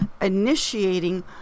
initiating